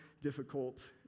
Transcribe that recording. difficult